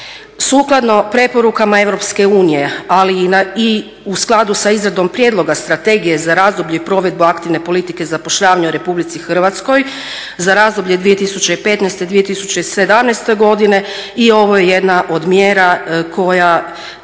Sukladno preporukama Europske unije, ali i u skladu sa izradom prijedloga strategije za … i provedbu aktivne politike zapošljavanja u Republici Hrvatskoj za razdoblje 2015-2017. godine i ovo je jedna od mjera koja